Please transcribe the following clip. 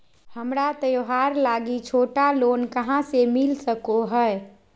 हमरा त्योहार लागि छोटा लोन कहाँ से मिल सको हइ?